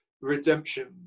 redemption